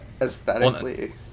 aesthetically